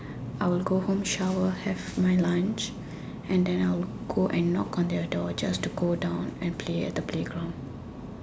I would go home shower have my lunch and then I will go and knock on their door just to go down and play at the playground